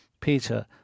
peter